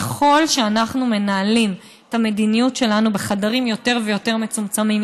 ככל שאנחנו מנהלים את המדיניות שלנו בחדרים יותר ויותר מצומצמים,